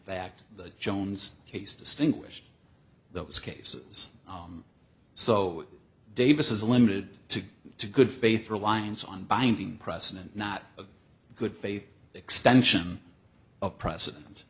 fact the jones case distinguished those cases so davis is limited to two good faith reliance on binding precedent not a good faith extension of precedent